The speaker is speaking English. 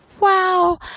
wow